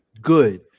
good